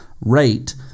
rate